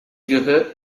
gehört